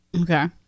Okay